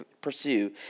pursue